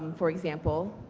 um for example,